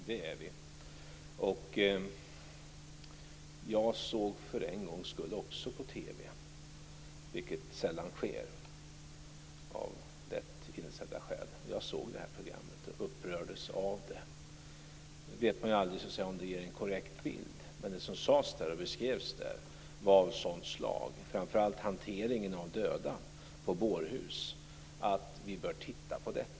Fru talman! Ja, det är vi. Jag såg för en gångs skull också på TV, vilket av lätt insedda skäl sällan sker. Jag såg detta program och upprördes av det. Man vet aldrig om programmet ger en korrekt bild, men det som sades och beskrevs - framför allt om hanteringen av döda på bårhus - var av sådant slag att vi bör titta på det.